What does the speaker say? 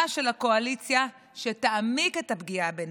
של הקואליציה שתעמיק את הפגיעה בנשים.